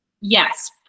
yes